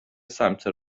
سمت